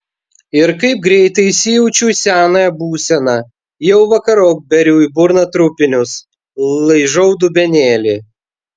ir kaip greitai įsijaučiu į senąją būseną jau vakarop beriu į burną trupinius laižau dubenėlį